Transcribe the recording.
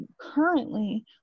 currently